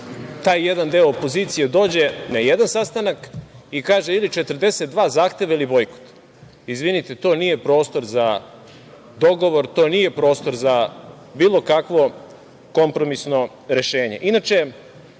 taj jedan deo opozicije dođe na jedan sastanak i kaže – ili 42 zahteva ili bojkot. Izvinite, to nije prostor za dogovor, to nije prostor za bilo kakvo kompromisno rešenje. Najveći